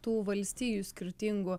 tų valstijų skirtingų